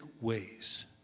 ways